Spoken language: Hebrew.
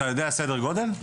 אתה יודע סדר גודל?